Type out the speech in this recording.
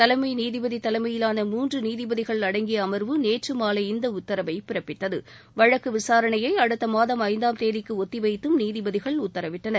தலைமை நீதிபதி தலைமையிலான மூன்று நீதிபதிகள் அடங்கிய அமர்வு நேற்று மாலை இந்த உத்தரவைப் பிறப்பித்தது வழக்கு விசாரணையை அடுத்த மாதம் ஐந்தாம் தேதிக்கு ஒத்தி வைத்தும் நீதிபதிகள் உத்தரவிட்டனர்